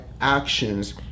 actions